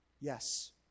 Yes